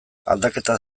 aldaketa